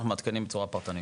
אנחנו מעדכנים בצורה פרטנית,